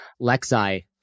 Lexi